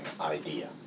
idea